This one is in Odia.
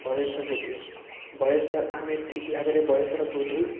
ବୟସ ବୃଦ୍ଧି ବୟସ ଆମେ ଠିକ୍ ଭାବରେ ବୟସର ବୃଦ୍ଧି